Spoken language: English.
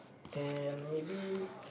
and maybe